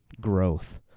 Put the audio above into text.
growth